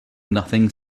nothing